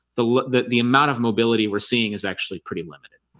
the the the amount of mobility we're seeing is actually pretty limited